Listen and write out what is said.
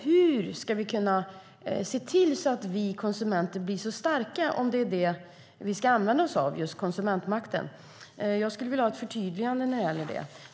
Hur kan vi se till att vi konsumenter blir starka - om vi ska använda oss av just konsumentmakten? Jag skulle vilja ha ett förtydligande när det gäller den delen.